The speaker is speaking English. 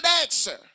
answer